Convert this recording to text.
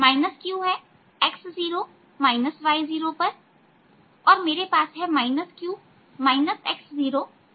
x0 y0और मेरे पास है q x0y0 पर